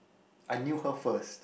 I knew her first